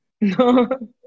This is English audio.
No